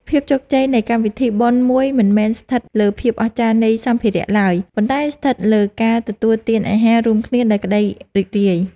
ភាពជោគជ័យនៃកម្មវិធីបុណ្យមួយមិនមែនស្ថិតលើភាពអស្ចារ្យនៃសម្ភារៈឡើយ ប៉ុន្តែស្ថិតលើការទទួលទានអាហាររួមគ្នាដោយក្តីរីករាយ។